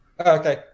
Okay